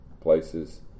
places